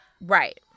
Right